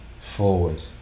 forward